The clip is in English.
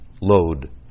load